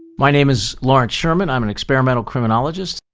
my name is lawrence sherman, i'm an experimental criminologist,